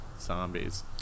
zombies